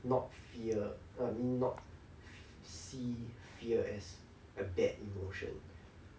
not fear and not see fear as a bad emotion